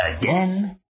again